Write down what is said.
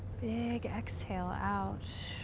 big exhale out.